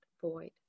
void